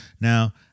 Now